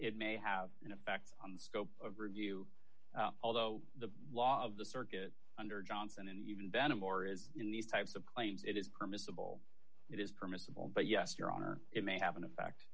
it may have an effect on the scope of review although the law of the circuit under johnson and even behnam or is in these types of claims it is permissible it is permissible but yes your honor it may have an effect